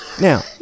Now